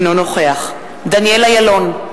אינו נוכח דניאל אילון,